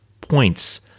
points